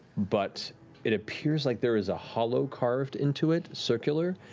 but it appears like there is a hollow carved into it, circular,